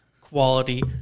quality